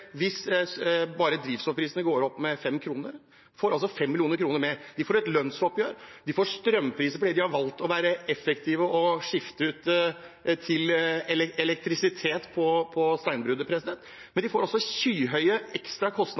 De får et lønnsoppgjør, og de får strømkostnader fordi de har valgt å være effektive og skifte ut til elektrisitet i steinbruddet. De får skyhøye